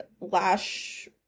lash